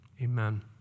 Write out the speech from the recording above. Amen